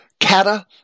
Kata